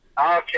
Okay